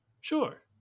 Sure